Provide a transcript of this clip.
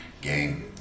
game